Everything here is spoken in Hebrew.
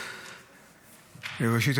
ראשית,